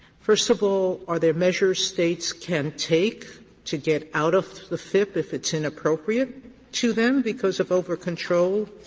first of all, are there measures states can take to get out of the fip if it's inappropriate to them because of overcontrol?